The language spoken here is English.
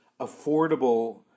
affordable